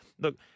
Look